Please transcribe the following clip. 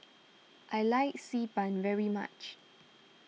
I like Xi Ban very much